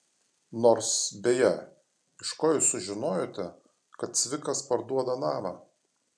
nors beje iš ko jūs sužinojote kad cvikas parduoda namą